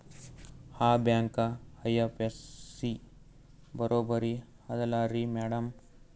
ಆ bank IFSC ಬರೊಬರಿ ಅದಲಾರಿ ಮ್ಯಾಡಂ?